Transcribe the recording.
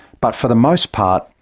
but for the most part,